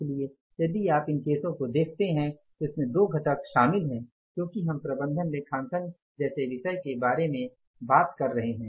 इसलिए यदि आप इन केसों को देखते हैं तो इसमें दो घटक शामिल हैं क्योंकि हम प्रबंधन लेखांकन जैसे विषय के बारे में बात कर रहे हैं